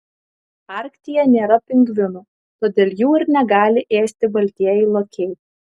arktyje nėra pingvinų todėl jų ir negali ėsti baltieji lokiai